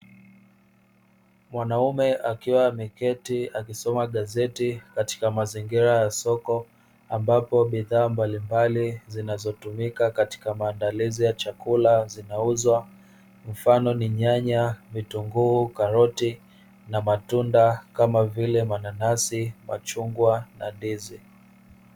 Mwanaume akiwa ameketi akisoma gazeti katika mazingira ya soko, ambapo bidhaa mbalimbali zinazotumika katika maandalizi ya chakula zinauzwa, mfano ni nyanya, vitunguu, karoti na matunda, kama vile mananasi, machungwa na ndizi.